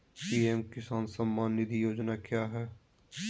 PM Kisan Samman Nidhi योजना क्या है?